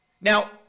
Now